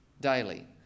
daily